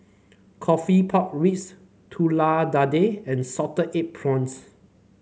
coffee Pork Ribs Telur Dadah and Salted Egg Prawns